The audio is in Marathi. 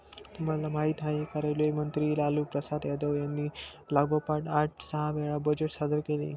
तुम्हाला माहिती आहे का? रेल्वे मंत्री लालूप्रसाद यादव यांनी लागोपाठ आठ सहा वेळा बजेट सादर केले